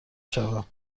شوم